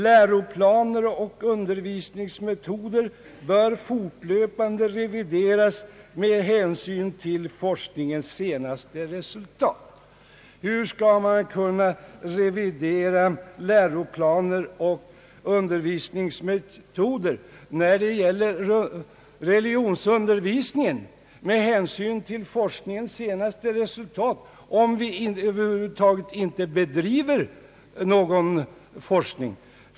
Läroplaner och undervisningsmetoder bör fortlöpande revideras med hänsyn till forskningens senaste resultat.» Hur skall man kunna revidera läroplaner och undervisningsmetoder när det gäller religionsundervisningen med hänsyn till forskningens senaste resultat, om man över huvud taget inte bedriver någon forskning på det området?